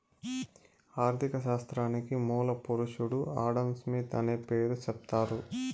ఆర్ధిక శాస్త్రానికి మూల పురుషుడు ఆడంస్మిత్ అనే పేరు సెప్తారు